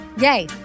Yay